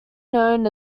known